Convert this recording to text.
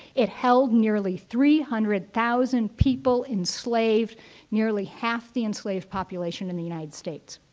it held nearly three hundred thousand people, enslaved nearly half the enslaved population in the united states.